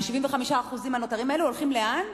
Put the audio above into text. ה-75% הנותרים הללו הולכים לאן?